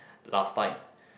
last time